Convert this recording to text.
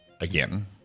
again